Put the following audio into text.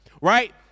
Right